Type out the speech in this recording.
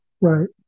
Right